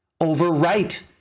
overwrite